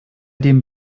dem